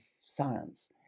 science